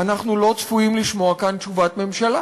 אנחנו לא צפויים לשמוע כאן תשובת ממשלה,